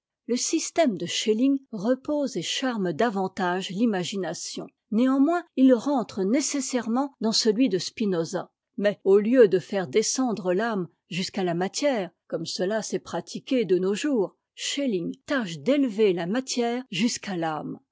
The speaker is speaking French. le système de schelling repose et charme davantage l'imagination néanmoins il rentre nécessairement dans celui de spinosa mais au lieu de faire descendre l'âme jusqu'à la matière comme cela s'est pratiqué de nos jours schelling tache d'élever la matière jusqu'à t'âme